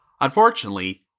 Unfortunately